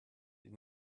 die